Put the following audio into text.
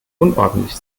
unordentlich